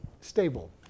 stable